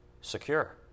secure